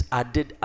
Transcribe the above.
added